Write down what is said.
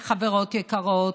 וחברות יקרות,